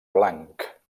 blanc